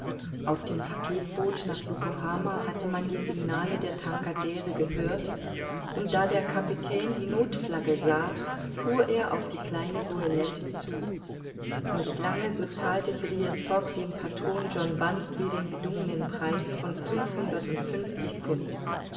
auf dem packetboot nach yokohama hatte man die signale der tankadere gehört und da der kapitän die nothflagge sah fuhr er auf die kleine goelette zu nicht lange so zahlte phileas fogg dem patron john bunsby den bedungenen preis von fünfhundertundfünfzig pfund